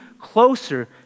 closer